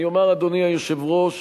אני אומר, אדוני היושב-ראש,